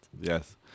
Yes